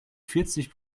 vierzig